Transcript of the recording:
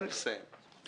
אני